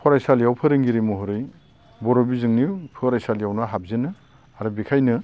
फरायसालियाव फोरोंगिरि महरै बर'बिजोंनि फरायसालियावनो हाबजेनो आरो बिखायनो